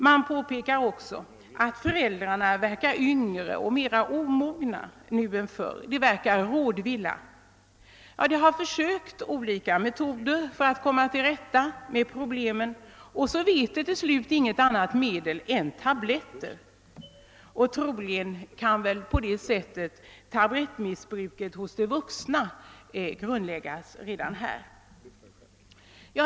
Man påpekar också, att föräldrarna verkar yngre och mera omogna nu än förr, att de verkar rådvilla. De har försökt olika metoder att komma till rätta med problemen och vet till sist ingen annan utväg än tabletter, och troligen kan på det sättet ett tablettmissbruk hos de vuxna grundläggas redan här.